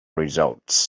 results